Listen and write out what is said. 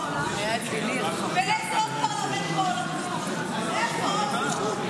באיזה עוד פרלמנט בעולם זה קורה?